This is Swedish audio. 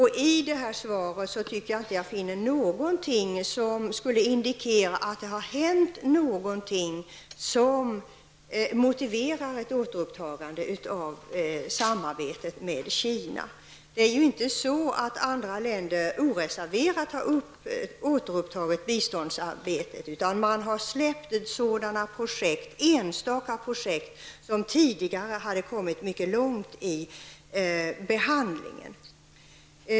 I statsrådets svar tycker jag inte att man finner något som indikerar att det har hänt någonting som motiverar ett återupptagande av samarbetet med Kina. Andra länder har inte oreserverat återupptagit biståndsarbetet, utan man har tagit upp enstaka projekt som tidigare hade kommit mycket långt.